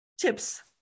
tips